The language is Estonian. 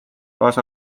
kaasa